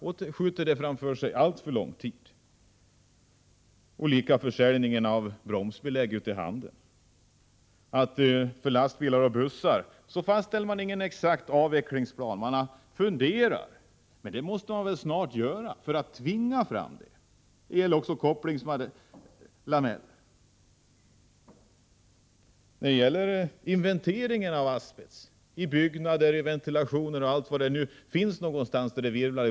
Likaså är fallet med försäljningen av bromsbelägg och kopplingslameller ute i handeln. För lastbilar och bussar fastställer man vidare ingen exakt asbestavvecklingsplan. Man har funderat på saken, men en sådan plan måste snart genomföras för att tvinga fram ett förbud. Det bör dessutom göras en inventering av asbest i byggnader, ventilationssystem och på andra håll där asbest sprids ut i vår luft.